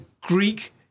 Greek